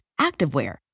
activewear